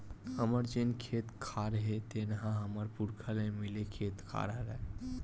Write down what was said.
हमर जेन खेत खार हे तेन ह हमर पुरखा ले मिले खेत खार हरय